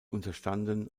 unterstanden